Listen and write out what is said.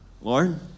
Lord